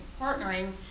partnering